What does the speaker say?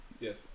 Yes